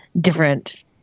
different